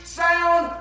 sound